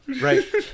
right